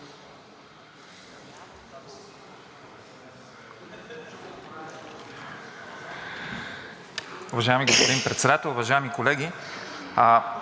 Уважаеми господин Председател, уважаеми колеги!